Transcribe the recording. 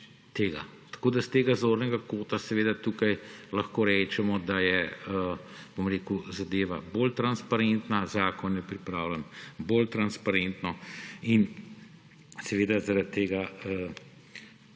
s tega zornega kota tukaj lahko rečemo, da je zadeva bolj transparentna, zakon je pripravljen bolj transparentno in zaradi tega